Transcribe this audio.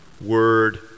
Word